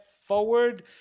forward